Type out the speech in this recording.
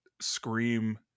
Scream